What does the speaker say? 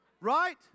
right